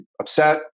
upset